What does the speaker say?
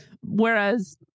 Whereas